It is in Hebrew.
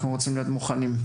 אנחנו רוצים להיות מוכנים.